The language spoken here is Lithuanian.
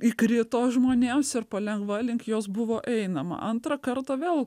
įkrito žmonėms ir palengva link jos buvo einama antrą kartą vėl